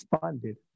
funded